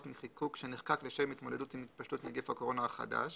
מחיקוק שנחקק לשם התמודדות עם התפשטות נגיף הקורונה החדש